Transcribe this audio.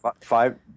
Five